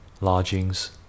lodgings